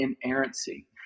inerrancy